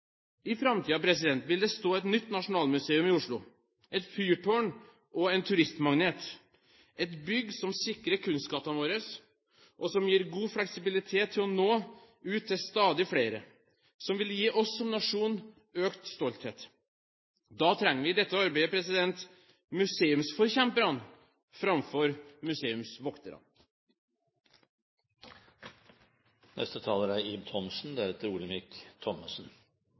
vil det stå et nytt nasjonalmuseum i Oslo – et fyrtårn og en turistmagnet, et bygg som sikrer kunstskattene våre, og som gir god fleksibilitet til å nå ut til stadig flere, og som vil gi oss som nasjon økt stolthet. Da trenger vi i dette arbeidet museumsforkjemperne framfor